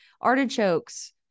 artichokes